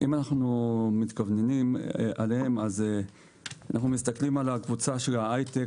אם אנחנו מתכווננים עליהם אז אנחנו מסתכלים על הקבוצה של ההייטק